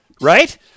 Right